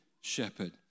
shepherd